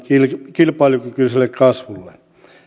kilpailukykyiselle kasvulle